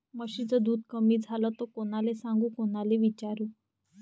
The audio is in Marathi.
म्हशीचं दूध कमी झालं त कोनाले सांगू कोनाले विचारू?